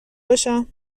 باشم